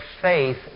faith